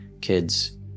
kids